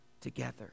together